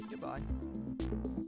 goodbye